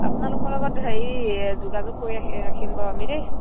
আপোনালোকৰ লগত হেৰি যোগাযোগ কৰি ৰাখিম বাৰু আমি দেই